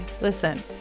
Listen